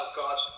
god